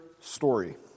story